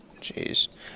Jeez